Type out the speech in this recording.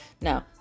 No